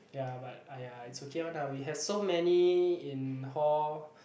ya but aiya it's okay one lah we have so many in hall